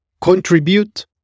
contribute